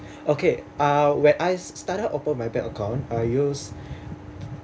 okay uh when I started open my bank account I use